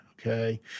Okay